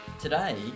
Today